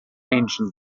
ancient